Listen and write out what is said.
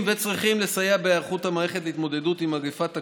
וצריכים לסייע בהיערכות המערכת להתמודדות עם מגפת הקורונה.